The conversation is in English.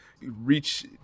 reach